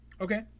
Okay